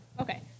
Okay